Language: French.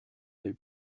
elle